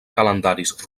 calendaris